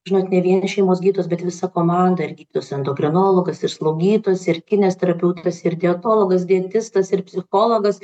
žinot ne vien šeimos gydytojas bet visa komanda ir gydytojas endokrinologas ir slaugytojas ir kineziterapeutas ir dietologas dietistas ir psichologas